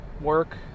work